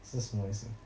是什么意思